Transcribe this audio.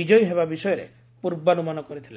ବିଜୟୀ ହେବା ବିଷୟରେ ପୂର୍ବାନୁମାନ କରିଥିଲେ